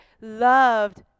loved